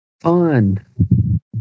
Fun